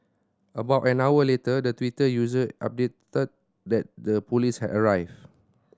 about an hour later the Twitter user updated that the police had arrived